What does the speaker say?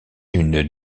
une